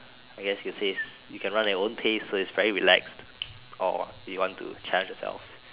I guess you says you can run at your own pace so is very relax or you want to challenge yourself